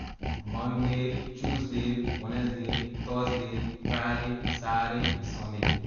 Monday, tuesday, wednesday, thursday, friday, saturday and sunday